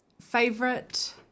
favorite